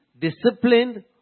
disciplined